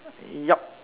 yup